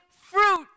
fruit